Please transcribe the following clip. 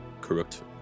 corrupt